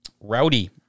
Rowdy